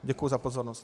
Děkuji za pozornost.